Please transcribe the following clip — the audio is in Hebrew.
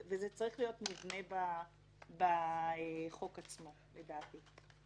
זה צריך להיות מובנה בחוק עצמו, לדעתי.